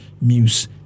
Muse